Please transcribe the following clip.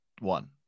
one